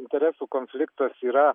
interesų konfliktas yra